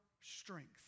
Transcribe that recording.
strength